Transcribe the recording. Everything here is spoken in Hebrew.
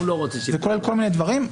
זה כולל מיני דברים.